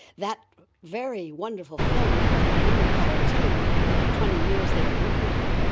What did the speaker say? that very wonderful film made by the mollenhauer team, for twenty years they've been working on it,